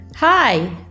Hi